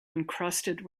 encrusted